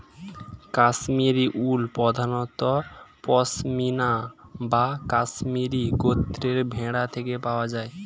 Kashmiri wool প্রধানত পশমিনা বা কাশ্মীরি গোত্রের ভেড়া থেকে পাওয়া যায়